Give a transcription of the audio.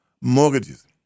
mortgages